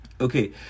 Okay